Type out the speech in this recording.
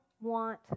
want